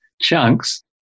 chunks